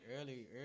Early